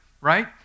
right